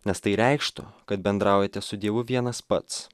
nes tai reikštų kad bendraujate su dievu vienas pats